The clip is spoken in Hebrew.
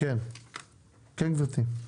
כן גברתי.